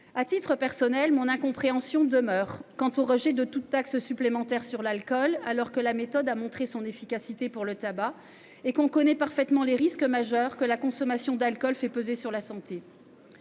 À titre personnel, mon incompréhension demeure quant au rejet de toute taxe supplémentaire sur l’alcool, alors que la méthode a montré son efficacité pour le tabac et que l’on connaît parfaitement les risques majeurs que la consommation d’alcool fait peser sur la santé.